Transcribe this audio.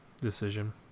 decision